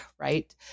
right